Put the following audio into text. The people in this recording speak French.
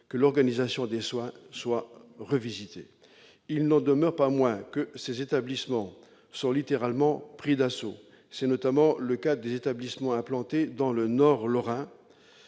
de pouvoir mener à bien leur mission. Il n'en demeure pas moins que ces établissements sont littéralement pris d'assaut. C'est notamment le cas des établissements implantés dans le Nord lorrain,